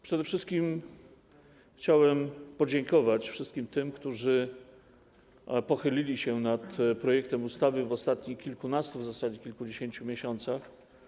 Przede wszystkim chciałem podziękować wszystkim tym, którzy pochylili się nad projektem ustawy w ostatnich kilkunastu, w zasadzie kilkudziesięciu miesiącach.